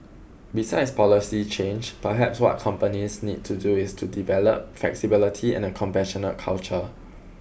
besides policy change perhaps what companies need to do is to develop flexibility and a compassionate culture